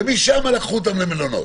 ומשם לקחו אותם למלונות.